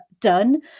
done